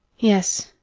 yes,